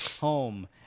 home